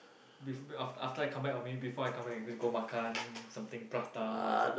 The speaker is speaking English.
beef after after I come back or maybe before I come back we just go makan something prata so